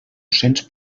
cents